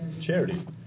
charity